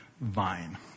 vine